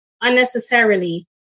unnecessarily